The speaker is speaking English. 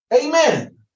Amen